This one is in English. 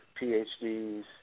PhDs